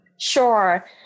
Sure